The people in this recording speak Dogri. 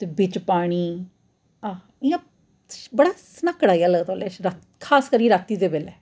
ते बिच्च पानी आह् इ'यां बड़ा सन्हाकड़ा जेहा लगदा ओल्लै खास करियै रातीं दे बेल्लै